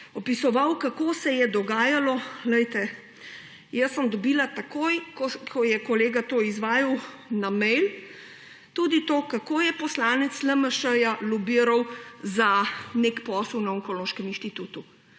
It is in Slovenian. opisoval, kako se je dogajalo. Jaz sem dobila takoj, ko je kolega to izvajal, na mail tudi to, kako je poslanec LMŠ lobiral za nek posel na Onkološkem inštitutu.